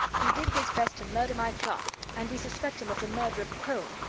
he did his best to murder my clerk, and we suspect him of the murder of crone,